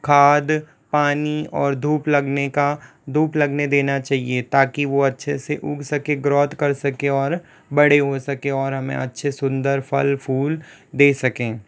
खाद पानी और धूप लगने का धूप लगने देना चाहिए ताकि वो अच्छे से उग सकें ग्रोथ कर सकें और बड़े हो सकें और हमें अच्छे सुन्दर फल फूल दे सकें